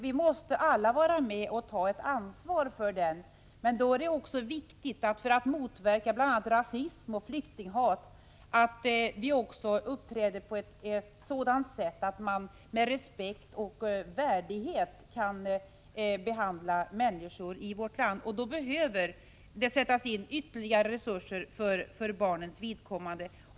Vi måste alla vara med och ta ansvar för den. Men då är det också viktigt —bl.a. för att motverka rasism och flyktinghat — att vi också uppträder på ett sådant sätt att människor behandlas med respekt och värdighet i vårt land, och då behöver det sättas in ytterligare resurser för barnens vidkommande.